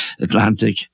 Atlantic